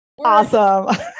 Awesome